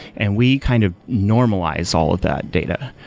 and we kind of normalize all of that data.